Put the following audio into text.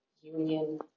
union